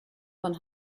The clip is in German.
von